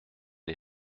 les